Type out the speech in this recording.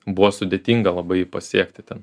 buvo sudėtinga labai pasiekti ten